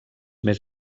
més